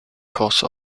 cause